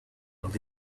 would